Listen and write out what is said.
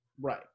Right